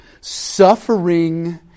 suffering